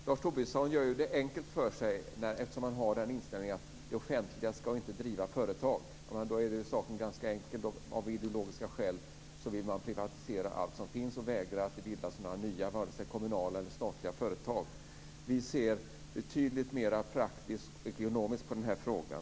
Fru talman! Lars Tobisson gör det enkelt för sig. Han har ju inställningen att det offentliga inte ska driva företag. Då är saken ganska enkel. Av ideologiska skäl vill man privatisera allt som finns och vägrar att det bildas nya kommunala eller statliga företag. Vi ser betydligt mera praktiskt och ekonomiskt på frågan.